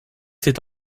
c’est